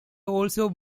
also